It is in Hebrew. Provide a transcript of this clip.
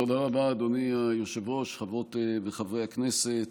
תודה רבה, אדוני היושב-ראש, חברות וחברי הכנסת,